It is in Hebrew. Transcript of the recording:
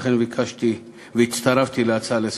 ולכן ביקשתי והצטרפתי להצעה לסדר-היום.